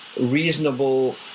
reasonable